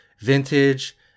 vintage